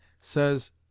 says